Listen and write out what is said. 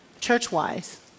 church-wise